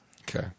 Okay